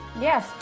yes